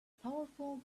powerful